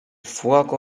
fuoco